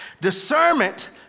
Discernment